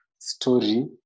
Story